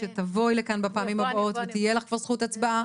שתבואי לכאן בפעמים הבאות ותהיה לך כבר זכות הצבעה.